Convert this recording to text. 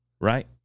Right